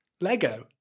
Lego